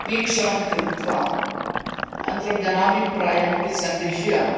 वीक्षणं कृत्वा अनन्तरं जनाभिप्रायमपि संदृष्य